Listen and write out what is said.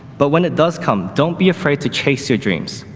but when it does come, don't be afraid to chase your dreams.